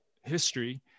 history